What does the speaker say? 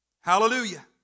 hallelujah